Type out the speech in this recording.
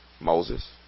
Moses